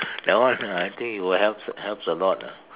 that one ah I think it will helps helps a lot ah